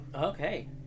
Okay